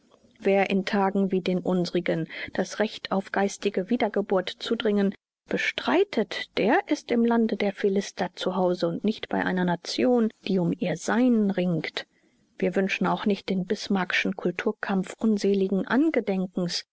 wer in tagen wie den unsrigen das recht auf geistige wiedergeburt zu dringen bestreitet der ist im lande der philister zu hause und nicht bei einer nation die um ihr sein ringt wir wünschen auch nicht den bismarckschen kulturkampf unseligen angedenkens